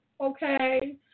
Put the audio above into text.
Okay